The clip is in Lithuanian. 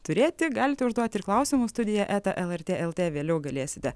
turėti galite užduoti ir klausimų studija eta lrt lt vėliau galėsite